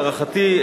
להערכתי,